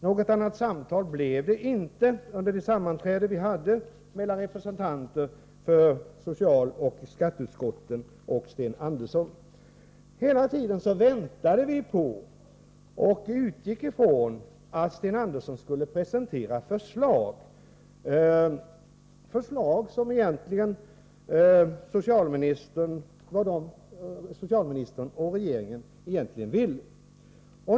Något annat än samtal blev det inte under de sammanträden vi hade, där representanter från socialoch skatteutskotten samt Sten Andersson deltog. Hela tiden väntade vi på, och utgick ifrån, att Sten Andersson skulle presentera förslag med besked om vad socialministern och regeringen 65 egentligen ville.